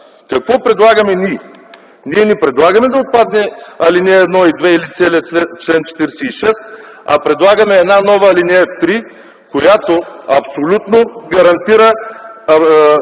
Какво предлагаме ние? Ние не предлагаме да отпадне ал. 1, 2 или целият чл. 46, предлагаме една нова ал. 3, която абсолютно гарантира